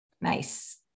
Nice